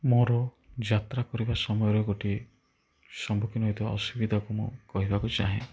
ମୋର ଯାତ୍ରା କରିବା ସମୟରେ ଗୋଟିଏ ସମ୍ମୁଖୀନ ହୋଇଥିବା ଅସୁବିଧାକୁ ମୁଁ କହିବାକୁ ଚାହେଁ